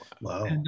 Wow